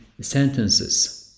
sentences